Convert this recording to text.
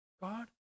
God